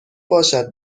باشد